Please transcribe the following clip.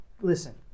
Listen